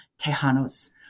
Tejanos